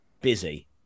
busy